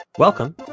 Welcome